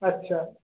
আচ্ছা